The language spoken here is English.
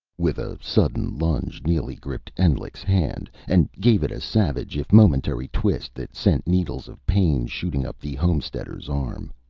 with a sudden lunge neely gripped endlich's hand, and gave it a savage if momentary twist that sent needles of pain shooting up the homesteader's arm.